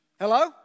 Hello